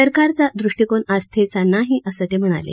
सरकारचा दृष्टिकोन आस्थेचा नाही असं ते म्हणाले